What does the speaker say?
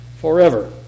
forever